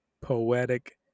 poetic